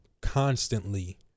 constantly